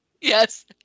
Yes